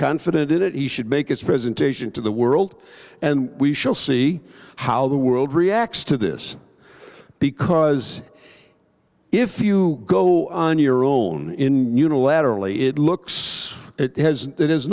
confident it he should make its presentation to the world and we shall see how the world reacts to this because if you go on your own in new laterally it looks it hasn't it has